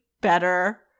better